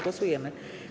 Głosujemy.